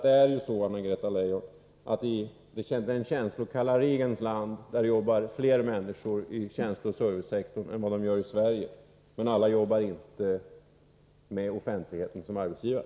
Det är ju så, Anna-Greta Leijon, att i den känslokalle Reagans land jobbar fler människor i tjänsteoch servicesektorn än vad som är fallet i Sverige, men alla jobbar inte med offentligheten som arbetsgivare.